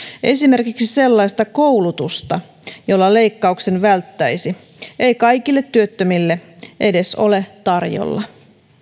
esimerkiksi sellaista koulutusta jolla leikkauksen välttäisi ei kaikille työttömille edes ole tarjolla